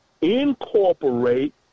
incorporate